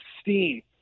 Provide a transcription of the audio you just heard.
steam